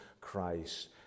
Christ